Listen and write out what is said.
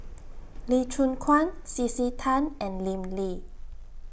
Lee Choon Guan C C Tan and Lim Lee